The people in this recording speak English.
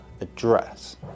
address